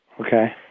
Okay